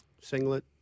singlet